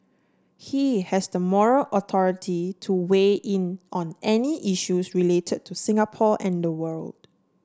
he has the moral authority to weigh in on any issues related to Singapore and the world